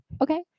Okay